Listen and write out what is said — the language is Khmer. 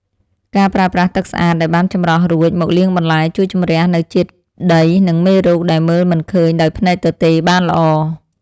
ការប្រើប្រាស់ទឹកស្អាតដែលបានចម្រោះរួចមកលាងបន្លែជួយជម្រះនូវជាតិដីនិងមេរោគដែលមើលមិនឃើញដោយភ្នែកទទេបានល្អ។